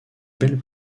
belle